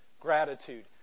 gratitude